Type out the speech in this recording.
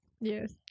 Yes